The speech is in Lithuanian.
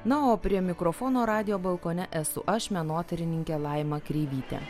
na o prie mikrofono radijo balkone esu aš menotyrininkė laima kreivytė